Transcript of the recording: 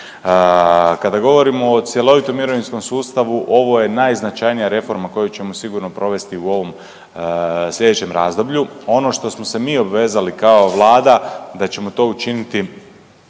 Kada govorimo o cjelovitom mirovinskom sustavu ovo je najznačajnija reforma koju ćemo sigurno provesti u ovom sljedećem razdoblju. Ono što smo se mi obvezali kao Vlada da ćemo to učiniti